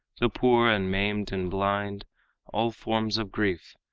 the poor, and maimed, and blind all forms of grief,